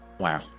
Wow